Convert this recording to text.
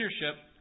leadership